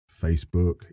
Facebook